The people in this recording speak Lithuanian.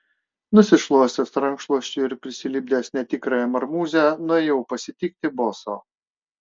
nusišluostęs rankšluosčiu ir prisilipdęs netikrąją marmūzę nuėjau pasitikti boso